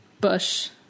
Bush